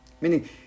meaning